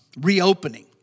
reopening